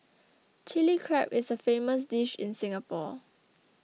Chilli Crab is a famous dish in Singapore